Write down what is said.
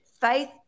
Faith